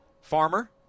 Farmer